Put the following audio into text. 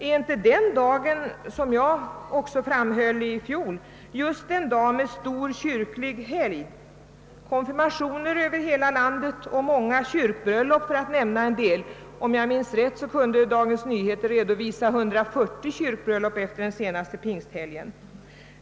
Är inte pingstdagen — vilket jag framhöll också i fjol — just en stor kyrklig helgdag? Konfirmationer och kyrkbröllop äger rum över hela landet. Om jag minns rätt, kunde Dagens Nyheter redovisa 140 kyrkbröllop efter den senaste pingsthelgen.